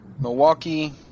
Milwaukee